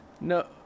No